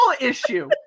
issue